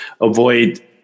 avoid